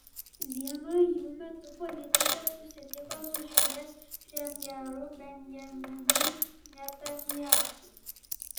vieno jų metu politikė susitiko su šalies premjeru benjaminu netanyahu